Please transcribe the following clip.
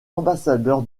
ambassadeur